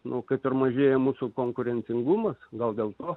nu kaip ir mažėja mūsų konkurencingumas gal dėl to